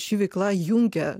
ši veikla jungia